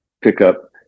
pickup